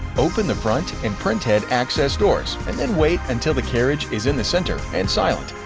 open the front and printhead access doors, and then wait until the carriage is in the center and silent.